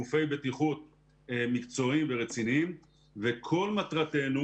גופי בטיחות מקצועיים ורציניים וכל מטרתנו